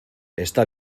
está